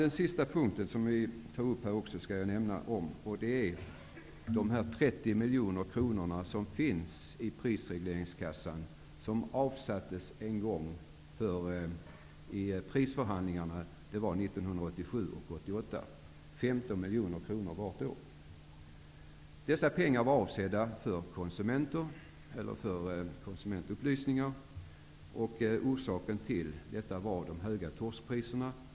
Jag skall också nämna den sista punkten som vi har tagit upp. Det rör de 30 miljoner som finns i prisregleringskassan och som en gång avsattes vid prisförhandlingarna år 1987 och år 1988. Det avsattes 15 miljoner vart år. Dessa pengar var avsedda för konsumentupplysning. Orsaken till detta var de höga torskpriserna.